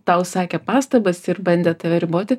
tau sakė pastabas ir bandė tave riboti